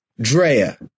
Drea